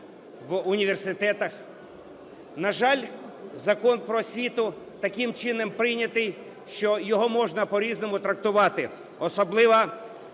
На жаль, Закон "Про освіту" таким чином прийнятий, що його можна по-різному трактувати, особливо